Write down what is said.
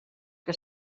que